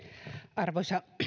arvoisa